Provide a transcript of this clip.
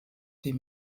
die